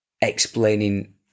explaining